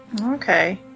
Okay